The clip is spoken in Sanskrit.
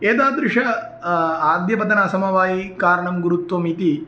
एतादृश आद्यपतनम् असमवायी कारणं गुरुत्वम् इति